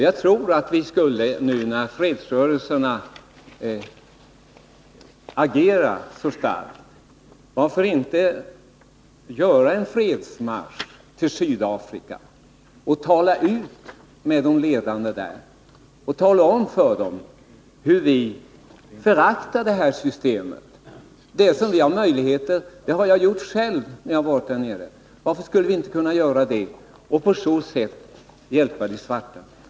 Varför inte, när fredsrörelserna agerar så starkt, företa en fredsmarsch till Sydafrika och tala ut med de ledande där, tala om för dem hur vi föraktar systemet, något som jag själv gjorde när jag var där nere. Varför skulle vi inte kunna göra detta för att på så sätt hjälpa de svarta?